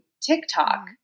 TikTok